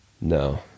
No